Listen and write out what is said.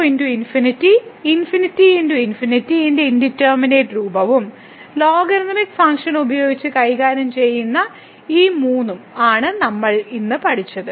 0 ×∞∞×∞ ന്റെ ഇൻഡിറ്റർമിനെറ്റ് രൂപവും logarithmic function ഉപയോഗിച്ച് കൈകാര്യം ചെയ്യുന്ന ഈ മൂന്നും ആണ് ഇന്ന് നമ്മൾ പഠിച്ചത്